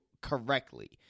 correctly